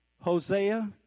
Hosea